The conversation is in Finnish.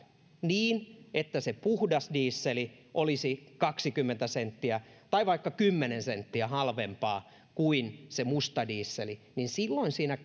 niin että se puhdas diesel olisi kaksikymmentä senttiä tai vaikka kymmenen senttiä halvempaa kuin se musta diesel silloin siinä